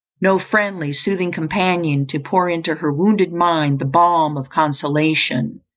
no friendly, soothing companion to pour into her wounded mind the balm of consolation,